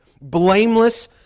blameless